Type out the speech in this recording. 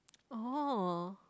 oh